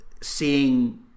Seeing